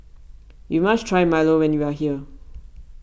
you must try Milo when you are here